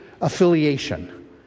affiliation